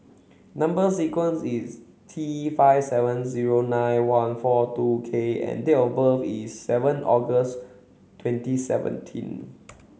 number sequence is T five seven zero nine one four two K and date of birth is seven August twenty seventeen